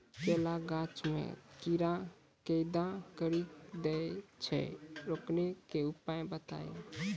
केला गाछ मे कीड़ा छेदा कड़ी दे छ रोकने के उपाय बताइए?